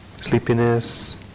sleepiness